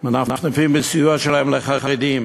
מנפנפים בסיוע שלהם לחרדים,